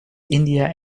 india